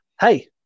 Hey